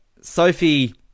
Sophie